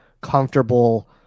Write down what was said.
comfortable